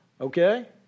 okay